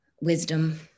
wisdom